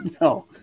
no